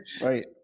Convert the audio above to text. Right